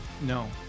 No